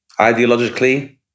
ideologically